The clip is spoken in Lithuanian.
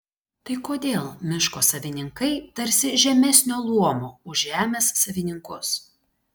tai kodėl miško savininkai tarsi žemesnio luomo už žemės savininkus